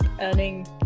earning